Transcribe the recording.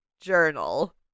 Journal